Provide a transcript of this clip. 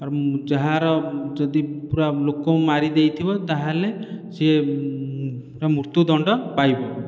ଆର ଯାହାର ଯଦି ପୂରା ଲୋକ ମାରିଦେଇଥିବ ତା'ହେଲେ ସିଏ ମୃତ୍ୟୁ ଦଣ୍ଡ ପାଇବ